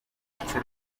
ndetse